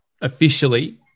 officially